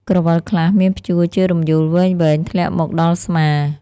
ក្រវិលខ្លះមានព្យួរជារំយោលវែងៗធ្លាក់មកដល់ស្មា។